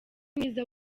mwiza